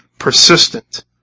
persistent